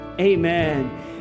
Amen